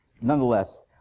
nonetheless